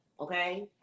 Okay